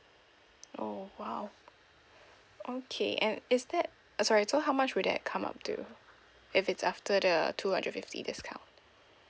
oh !wow! okay and is that uh sorry so how much will that come up to if it's after the two hundred fifty discount